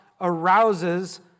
arouses